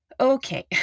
okay